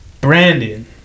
Brandon